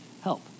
help